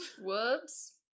Whoops